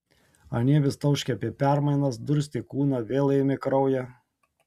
anie vis tauškė apie permainas durstė kūną vėl ėmė kraują